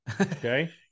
Okay